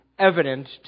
Evident